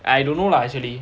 I don't know lah actually